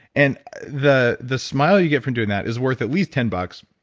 and the the smile you get from doing that is worth at least ten bucks,